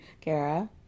kara